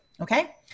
Okay